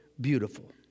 beautiful